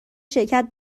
شرکت